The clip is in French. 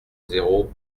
zéro